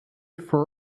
for